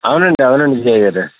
అవునండి అవునండి విజయ్ గారు